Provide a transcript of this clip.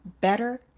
better